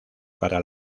para